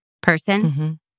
person